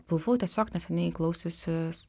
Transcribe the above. buvau tiesiog neseniai klausiusis